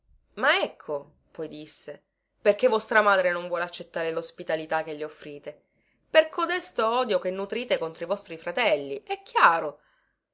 ma ecco poi disse perché vostra madre non vuole accettare lospitalità che le offrite per codesto odio che nutrite contro i vostri fratelli è chiaro